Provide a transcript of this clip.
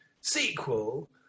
sequel